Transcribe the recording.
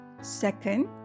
Second